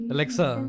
Alexa